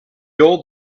old